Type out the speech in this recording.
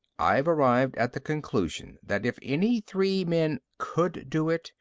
i've arrived at the conclusion that if any three men could do it,